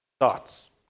Thoughts